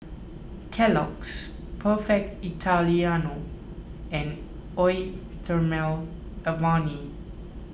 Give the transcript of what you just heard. Kellogg's Perfect Italiano and Eau thermale Avene